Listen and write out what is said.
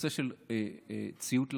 הנושא של ציות לחוק,